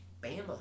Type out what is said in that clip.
Bama